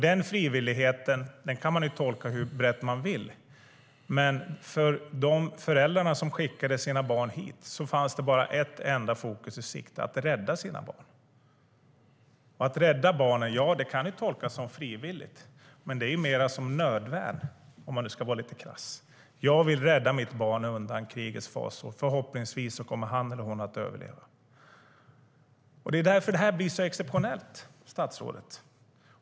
Den frivilligheten kan man tolka hur brett man vill, men för de föräldrar som skickade sina barn hit fanns bara ett enda fokus i sikte: att rädda sina barn. Det kan tolkas som frivilligt att rädda barnen. Men det är mer av nödvärn, om man ska vara lite krass. Man vill rädda sitt barn undan krigets fasor, och förhoppningsvis kommer han eller hon att överleva. Det är därför detta blir så exceptionellt, statsrådet.